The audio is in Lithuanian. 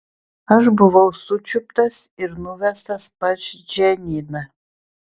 aš buvau sučiuptas ir nuvestas pas džaniną